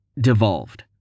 devolved